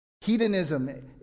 Hedonism